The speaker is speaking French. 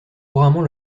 couramment